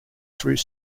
through